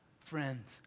friends